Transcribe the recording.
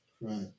Right